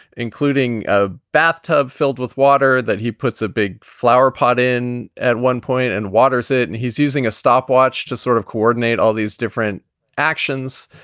including a bathtub filled with water that he puts a big flower pot in. at one point. and water is it. and he's using a stopwatch to sort of coordinate all these different actions.